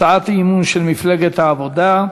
הצעת אי-אמון של מפלגת העבודה.